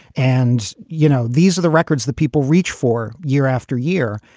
and, you know, these are the records that people reach for year after year.